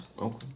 Okay